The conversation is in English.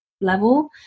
level